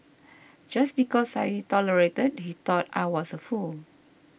just because I tolerated he thought I was a fool